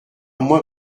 moins